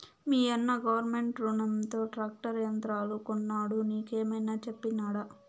మీయన్న గవర్నమెంట్ రునంతో ట్రాక్టర్ యంత్రాలు కొన్నాడు నీకేమైనా చెప్పినాడా